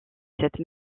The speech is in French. cette